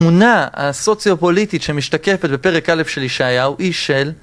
תמונה הסוציו-פוליטית שמשתקפת בפרק א' של ישעיהו היא של